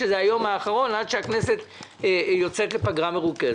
שזה היום האחרון לפני שהכנסת יוצאת לפגרה מרוכזת.